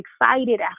excited